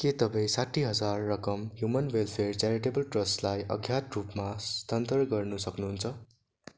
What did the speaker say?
के तपाईँ साठी हजार रकम ह्युमेन वेलफेयर च्यारिटेबल ट्रस्टलाई अज्ञात रूपमा स्थानान्तर गर्न सक्नुहुन्छ